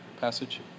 passage